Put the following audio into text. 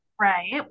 Right